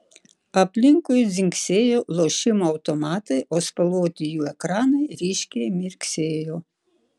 aplinkui dzingsėjo lošimo automatai o spalvoti jų ekranai ryškiai mirksėjo